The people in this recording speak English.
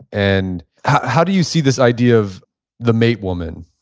and how do you see this idea of the mate woman?